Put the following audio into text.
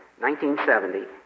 1970